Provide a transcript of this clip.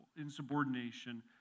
insubordination